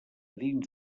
dins